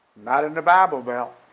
not in the bible belt.